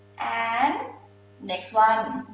and next one.